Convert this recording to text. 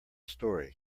story